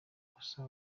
kosa